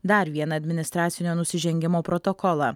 dar vieną administracinio nusižengimo protokolą